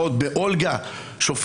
אין לי שום קשר למשטרה,